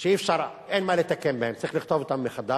ספרים שאין מה לתקן בהם, צריך לכתוב אותם מחדש,